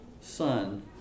son